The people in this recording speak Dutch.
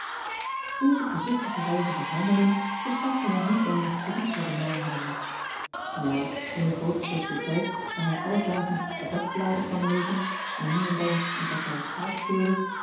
deze voorzichtige wijze van handelen verschafte hem niet weinig krediet bij de marlheimers ja in de groote sociëteit waar hij alle dagen de dagbladen kwam lezen en nu en dan een partij